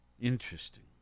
Interesting